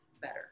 better